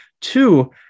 Two